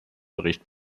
bericht